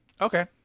Okay